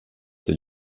der